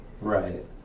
right